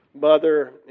mother